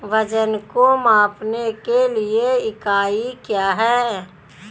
वजन को मापने के लिए इकाई क्या है?